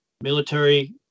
military